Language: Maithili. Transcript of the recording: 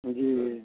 जी